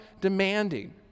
demanding